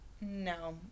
No